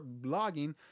blogging